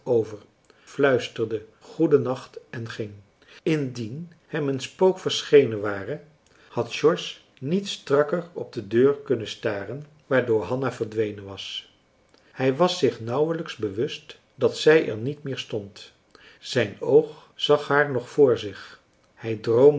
over fluisterde goeden nacht en ging indien hem een spook verschenen ware had george niet strakker op de deur kunnen staren waardoor hanna verdwenen was hij was het zich nauwelijks bewust dat zij er niet meer stond zijn oog zag haar nog voor zich hij droomde